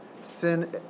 sin